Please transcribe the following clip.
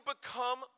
become